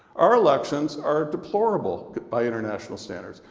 our elections are deplorable by international standards.